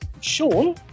Sean